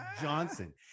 Johnson